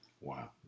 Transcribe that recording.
Wow